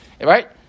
right